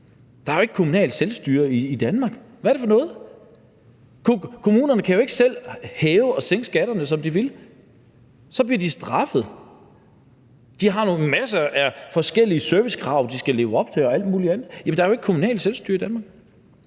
der er ikke kommunalt selvstyre i Danmark. Hvad er det for noget? Kommunerne kan jo ikke selv hæve og sænke skatterne, som de vil; så bliver de straffet. De har masser af forskellige servicekrav, de skal leve op til det, og alt muligt andet. Jamen der er jo ikke kommunalt selvstyre i Danmark.